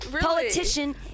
politician